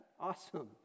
Awesome